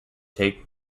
take